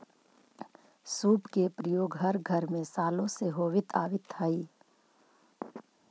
सूप के प्रयोग हर घर में सालो से होवित आवित हई